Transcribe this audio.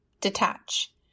Detach